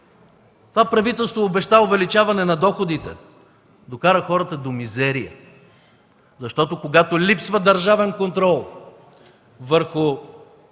Това правителство обеща увеличаване на доходите, а докара хората до мизерия! Когато липсва държавен контрол върху